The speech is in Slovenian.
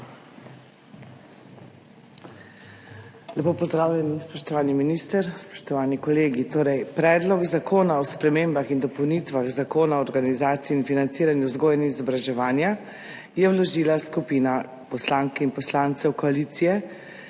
Lepo pozdravljeni, spoštovani minister, spoštovani kolegi! Torej, Predlog zakona o spremembah in dopolnitvah Zakona o organizaciji in financiranju vzgoje in izobraževanja je vložila skupina poslank in poslancev koalicije